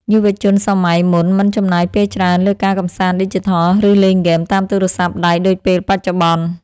យុវជនសម័យមុនមិនចំណាយពេលច្រើនលើការកម្សាន្តឌីជីថល ឬលេងហ្គេមតាមទូរស័ព្ទដៃដូចពេលបច្ចុប្បន្ន។